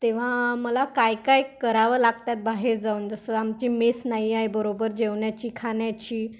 तेव्हा मला काय काय करावं लागतात बाहेर जाऊन जसं आमची मेस नाही आहे बरोबर जेवण्याची खाण्याची